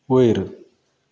वयर